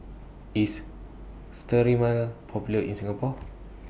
IS Sterimar Popular in Singapore